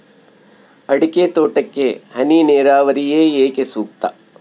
ಅಡಿಕೆ ತೋಟಕ್ಕೆ ಹನಿ ನೇರಾವರಿಯೇ ಏಕೆ ಸೂಕ್ತ?